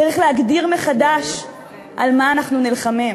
צריך להגדיר מחדש על מה אנחנו נלחמים.